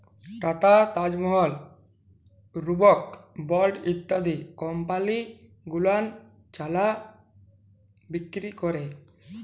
tata, Taj Mahal, Brooke Bond ইত্যাদি company গুলান চা বিক্রি ক্যরে